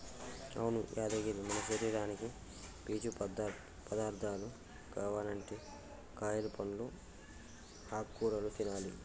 అవును యాదగిరి మన శరీరానికి పీచు పదార్థాలు కావనంటే కాయలు పండ్లు ఆకుకూరలు తినాలి